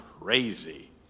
crazy